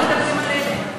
למה מטפסים עליהם,